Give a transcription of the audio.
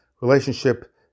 relationship